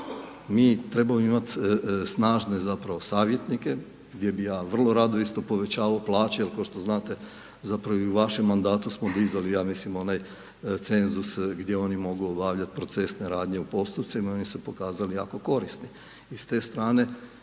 mi trebamo imati snažne zapravo savjetnike gdje bih ja vrlo rado isto povećavao plaće jer kao što znate zapravo i u vešem mandatu smo dizali ja mislim onaj cenzus gdje oni mogu obavljati procesne radnje u postupcima i oni su se pokazali jako korisni.